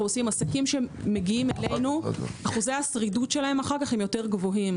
עושים - עסקים שמגיעים אלינו אחוזי השרידות שלהם יותר גבוהים.